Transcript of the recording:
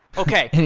okay.